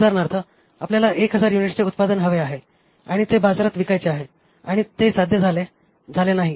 उदाहरणार्थआपल्याला 1000 युनिट्सचे उत्पादन हवे आहे आणि ते बाजारात विकायचे आहे आणि ते साध्य झाले नाही